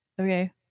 okay